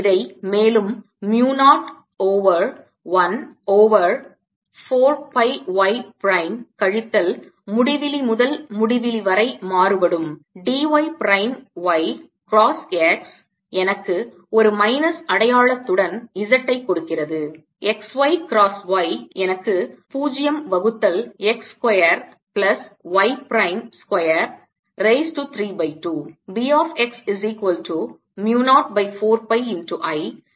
இதை மேலும் mu 0 over I over 4 pi y prime கழித்தல் முடிவிலி முதல் முடிவிலி வரை மாறுபடும் d y prime y cross x எனக்கு ஒரு மைனஸ் அடையாளத்துடன் z ஐ கொடுக்கிறது xy cross y எனக்கு 0 வகுத்தல் x square plus y prime square raise to 3 by 2